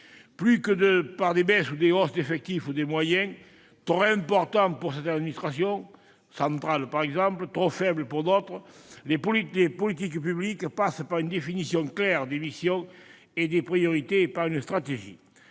Plus que par des baisses ou des hausses d'effectifs ou de moyens, trop importants dans certaines administrations, notamment centrales, trop faibles dans d'autres, les politiques publiques passent par une définition claire des missions et des priorités et par une stratégie.